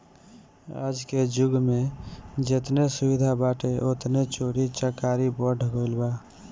आजके जुग में जेतने सुविधा बाटे ओतने चोरी चकारी बढ़ गईल बा